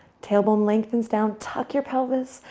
tailbone lengthens down, tuck your pelvis,